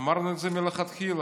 אמרנו את זה מלכתחילה,